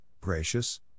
gracious